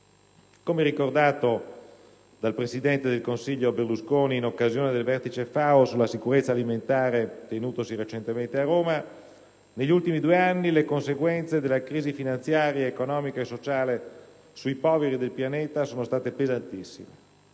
Come ricordato dal presidente del Consiglio Berlusconi in occasione del Vertice FAO sulla sicurezza alimentare tenutosi recentemente a Roma, «negli ultimi due anni le conseguenze della crisi finanziaria, economica e sociale sui poveri del pianeta sono state pesantissime